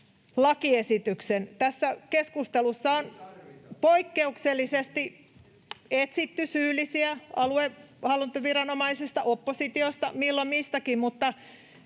tarvita!] Tässä keskustelussa on poikkeuksellisesti etsitty syyllisiä aluehallintoviranomaisista, oppositiosta ja milloin mistäkin, mutta